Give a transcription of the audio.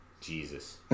Jesus